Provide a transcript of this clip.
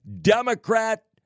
Democrat